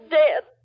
dead